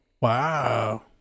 Wow